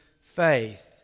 faith